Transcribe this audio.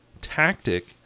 tactic